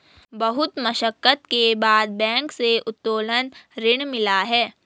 बहुत मशक्कत के बाद बैंक से उत्तोलन ऋण मिला है